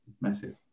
massive